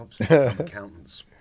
accountants